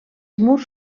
murs